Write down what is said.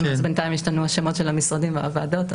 ובינתיים השתנו שמות המשרדים והוועדות.